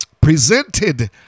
presented